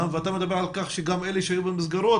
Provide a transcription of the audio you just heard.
ואתה מדבר על כך שגם אלה שהיו במסגרות,